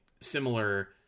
similar